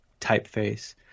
typeface